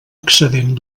excedent